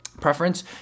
preference